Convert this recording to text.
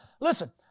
Listen